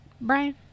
brian